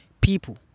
people